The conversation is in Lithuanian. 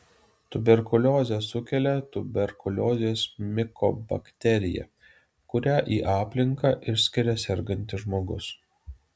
tuberkuliozę sukelia tuberkuliozės mikobakterija kurią į aplinką išskiria sergantis žmogus